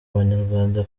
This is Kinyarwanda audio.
abanyarwanda